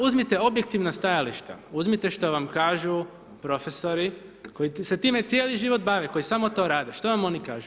Uzmite objektivna stajališta, uzmite što vam kažu profesori, koji se time cijeli život bave, koji samo to rade, što vam oni kažu?